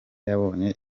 yabonye